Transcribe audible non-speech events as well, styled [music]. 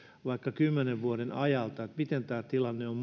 vaikka kymmenen vuoden ajalta miten tämä tilanne on [unintelligible]